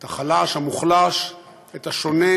את החלש המוחלש, את השונה,